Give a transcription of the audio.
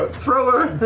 but thrower?